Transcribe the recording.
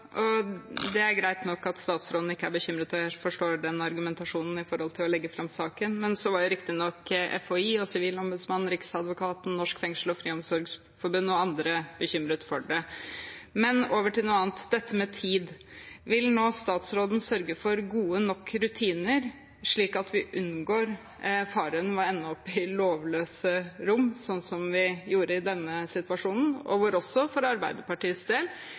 jeg forstår argumentasjonen for å legge fram saken, men FHI, Sivilombudsmannen, Riksadvokaten, Norsk Fengsels- og Friomsorgsforbund og andre var bekymret for det. Over til noe annet, dette med tid. Vil statsråden nå sørge for gode nok rutiner, slik at vi unngår faren for å ende opp i lovløse rom, sånn som vi gjorde i denne situasjonen, og hvor vi, også for Arbeiderpartiets del,